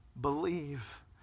believe